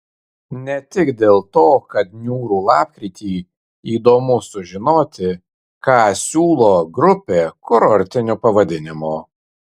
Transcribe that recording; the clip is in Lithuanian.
ne tik dėl to kad niūrų lapkritį įdomu sužinoti ką siūlo grupė kurortiniu pavadinimu